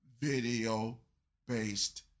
video-based